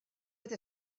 with